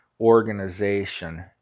Organization